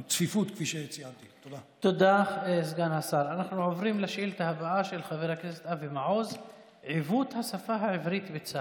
תודה לחבר הכנסת גלעד קריב.